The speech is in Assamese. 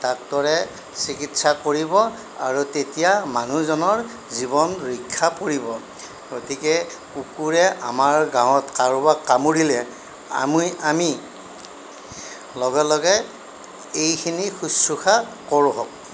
ডাক্টৰে চিকিৎসা কৰিব আৰু তেতিয়া মানুহজনৰ জীৱন ৰক্ষা পৰিব গতিকে কুকুৰে আমাৰ গাঁৱত কাৰোবাক কামোৰিলে আমি আমি লগে লগে এইখিনি শুশ্ৰূষা কৰোঁহক